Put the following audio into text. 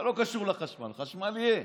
זה לא קשור לחשמל, חשמל יהיה.